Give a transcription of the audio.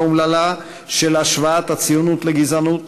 אומללה של השוואת הציונות לגזענות,